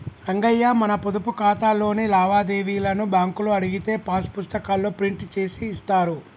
రంగయ్య మన పొదుపు ఖాతాలోని లావాదేవీలను బ్యాంకులో అడిగితే పాస్ పుస్తకాల్లో ప్రింట్ చేసి ఇస్తారు